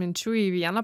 minčių į vieną